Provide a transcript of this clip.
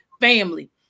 family